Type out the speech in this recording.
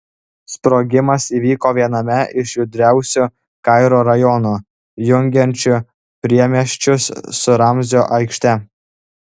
sprogimas įvyko viename iš judriausių kairo rajonų jungiančių priemiesčius su ramzio aikšte